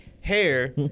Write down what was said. hair